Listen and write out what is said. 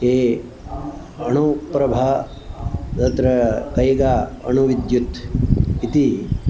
ये अणुप्रभा तत्र कैगा अणुविद्युत् इति